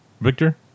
Victor